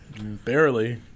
Barely